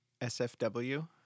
SFW